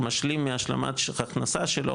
משלים מהשלמת הכנסה שלו,